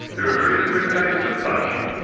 there are various different kinds of fasci,